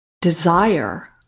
desire